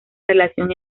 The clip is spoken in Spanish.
relación